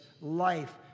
life